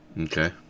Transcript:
Okay